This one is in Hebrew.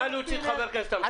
נא להוציא את חבר הכנסת אנטאנס.